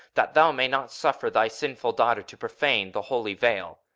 that thou may not suffer thy sinful daughter to profane the holy veil.